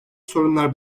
sorunlar